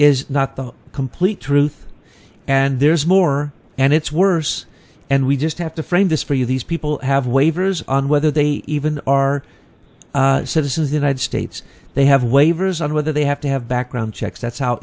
is not the complete truth and there's more and it's worse and we just have to frame this for you these people have waivers on whether they even are citizens united states they have waivers on whether they have to have background checks that's how